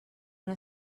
una